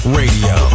radio